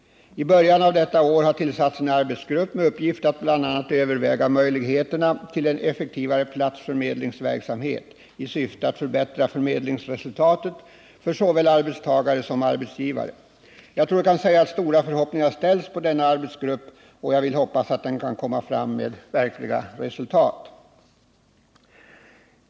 I början av detta år har tillsatts en arbetsgrupp med uppgift att bl.a. överväga möjligheterna till en effektivare platsförmedlingsverksamhet i syfte att förbättra förmedlingsresultatet för såväl arbetstagare som arbetsgivare. Jag vill säga att stora förhoppningar ställs på denna arbetsgrupp, och jag vill hoppas att den kan komma fram till verkliga resultat.